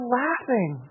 laughing